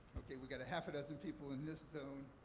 okay, we've got half a dozen people in this zone,